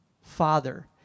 Father